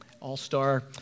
all-star